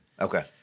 Okay